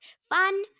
Fun